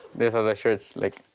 these are the shirts, like,